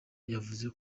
yavuze